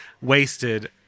wasted